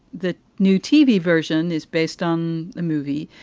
the new tv version is based on the movie.